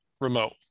remote